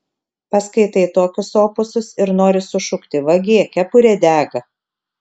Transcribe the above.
paskaitai tokius opusus ir nori sušukti vagie kepurė dega